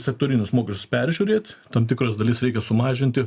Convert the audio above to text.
sektorinius mokesčius peržiūrėt tam tikras dalis reikia sumažinti